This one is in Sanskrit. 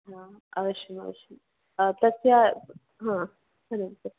हा अवश्यमवश्यम् तस्य हा वदन्तु